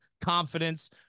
confidence